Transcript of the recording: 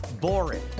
boring